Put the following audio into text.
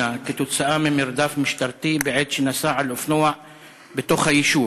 כתוצאה ממרדף משטרתי בעת שנסע על אופנוע בתוך היישוב.